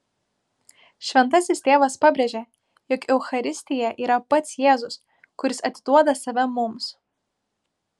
šventasis tėvas pabrėžė jog eucharistija yra pats jėzus kuris atiduoda save mums